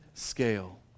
scale